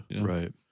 Right